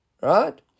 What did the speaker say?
Right